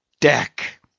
deck